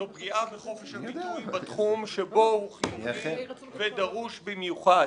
זו פגיעה בחופש הביטוי בתחום שבו הוא חיוני ודרוש במיוחד,